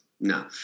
no